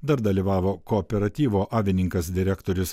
dar dalyvavo kooperatyvo avininkas direktorius